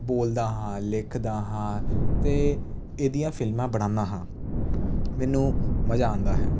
ਬੋਲਦਾ ਹਾਂ ਲਿਖਦਾ ਹਾਂ ਅਤੇ ਇਹਦੀਆਂ ਫਿਲਮਾਂ ਬਣਾਉਂਦਾ ਹਾਂ ਮੈਨੂੰ ਮਜ਼ਾ ਆਉਂਦਾ ਹੈ